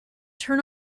turn